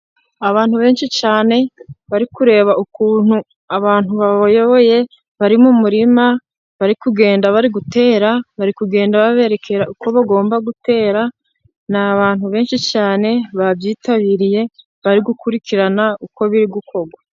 Abantu benshi cyane bari kureba ukuntu abantu bayoboye barimo umurima bari kugenda bari gutera, bari kugenda berekera uko bagomba gutera, ni abantu benshi cyane babyitabiriye bari gukurikirana uko biri gukorwa.